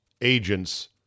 agents